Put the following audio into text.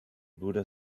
buddha